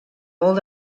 molt